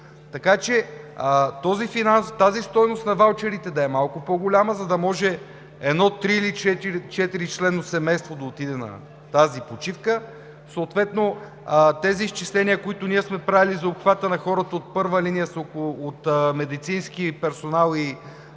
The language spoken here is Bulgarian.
така че тази стойност на ваучерите да е малко по-голяма, за да може едно три- или четиричленно семейство да отиде на тази почивка. Съответно тези изчисления, които ние сме правили за обхвата на хората от първа линия от медицинския персонал и